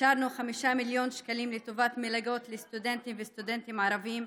אישרנו 5 מיליון שקלים לטובת מלגות לסטודנטים וסטודנטים ערבים,